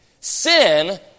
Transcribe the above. Sin